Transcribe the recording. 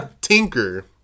Tinker